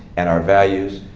and our values,